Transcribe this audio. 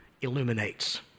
illuminates